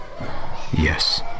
yes